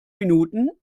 minuten